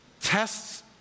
tests